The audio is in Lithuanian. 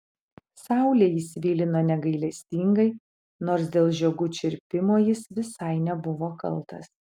saulė jį svilino negailestingai nors dėl žiogų čirpimo jis visai nebuvo kaltas